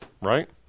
right